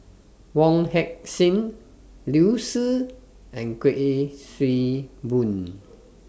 Wong Heck Sing Liu Si and Kuik Swee Boon